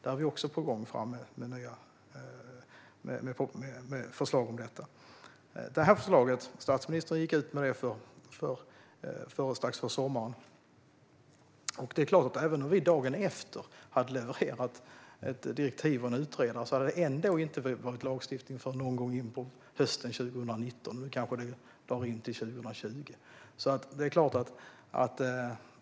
Där har vi också nya förslag. Statsministern gick ut med förslaget strax före sommaren. Även om vi hade levererat ett direktiv och en utredare dagen efter hade det ändå inte blivit lagstiftning förrän någon gång hösten 2019. Nu kanske det dras ut till 2020.